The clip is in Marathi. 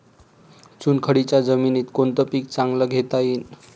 चुनखडीच्या जमीनीत कोनतं पीक चांगलं घेता येईन?